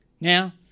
Now